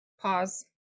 Pause